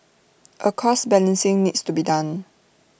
A cost balancing needs to be done